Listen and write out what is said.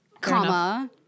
comma